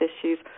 issues